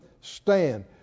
stand